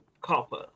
copper